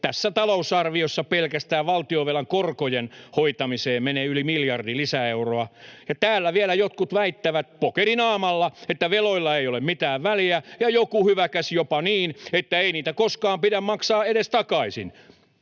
Tässä talousarviossa pelkästään valtionvelan korkojen hoitamiseen menee yli miljardi lisäeuroa, ja täällä vielä jotkut väittävät pokerinaamalla, että veloilla ei ole mitään väliä, ja joku hyväkäs jopa niin, että ei niitä koskaan pidä edes maksaa takaisin.